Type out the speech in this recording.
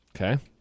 Okay